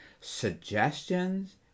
suggestions